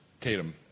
Tatum